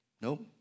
Nope